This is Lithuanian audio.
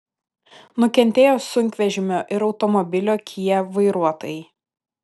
nukentėjo sunkvežimio ir automobilio kia vairuotojai